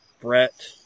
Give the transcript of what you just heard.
Brett